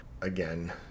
again